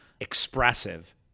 expressive